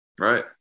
Right